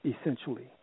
essentially